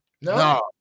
No